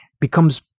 becomes